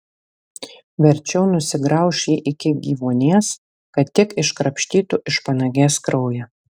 verčiau nusigrauš jį iki gyvuonies kad tik iškrapštytų iš panagės kraują